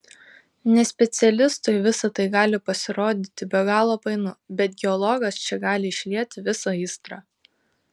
nespecialistui visa tai gali pasirodyti be galo painu bet geologas čia gali išlieti visą aistrą